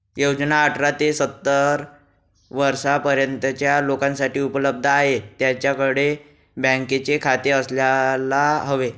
योजना अठरा ते सत्तर वर्षा पर्यंतच्या लोकांसाठी उपलब्ध आहे, त्यांच्याकडे बँकेचे खाते असायला हवे